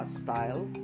style